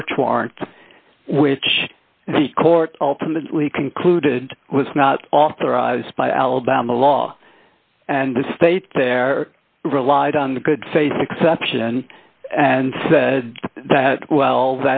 search warrant which the court ultimately concluded was not authorized by alabama law and the state there relied on the good faith exception and said that well